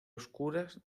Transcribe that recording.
oscuras